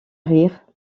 rire